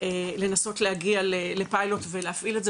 להגיע לפיילוט ולהפעיל את זה.